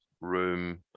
room